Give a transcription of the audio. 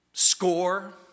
Score